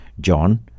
John